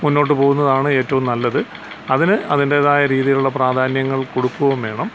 മുന്നോട്ടു പോകുന്നതാണ് ഏറ്റവും നല്ലത് അതിന് അതിൻറ്റേതായ രീതിയിലുള്ള പ്രാധാന്യങ്ങൾ കൊടുക്കുക വേണം